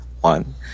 one